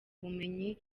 bumenyi